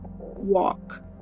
walk